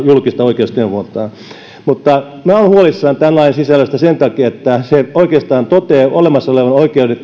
julkista oikeusneuvontaa mutta minä olen huolissani tämän lain sisällöstä sen takia että se oikeastaan toteaa olemassa olevan